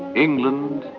england,